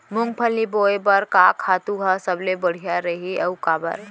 मूंगफली बोए बर का खातू ह सबले बढ़िया रही, अऊ काबर?